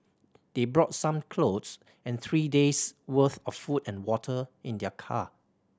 they brought some clothes and three days worth of food and water in their car